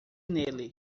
nele